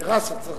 טרסה צריך לבנות.